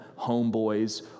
homeboys